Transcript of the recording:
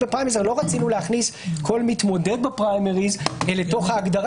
זה שגם יכול להיות מצב שפריימריז מתקיימים בתוך תקופת